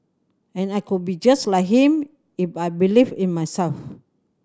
and I could be just like him if I believed in myself